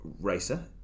racer